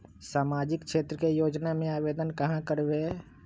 सामाजिक क्षेत्र के योजना में आवेदन कहाँ करवे?